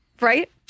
Right